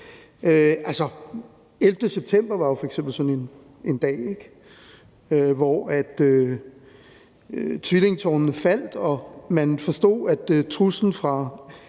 f.eks. sådan en dag, hvor Tvillingetårnene faldt. Man forstod, at truslen fra